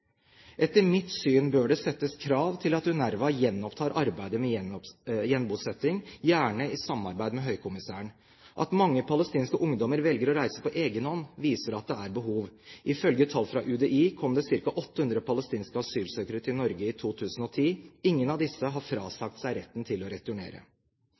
Etter mitt syn bør det settes krav til at UNRWA gjenopptar arbeidet med gjenbosetting, gjerne i samarbeid med høykommissæren. At mange palestinske ungdommer velger å reise på egen hånd, viser at det er behov. Ifølge tall fra UDI kom det ca. 800 palestinske asylsøkere til Norge i 2010. Ingen av disse har frasagt seg retten til å returnere.